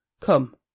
Come